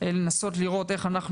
לנסות לראות איך,